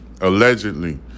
allegedly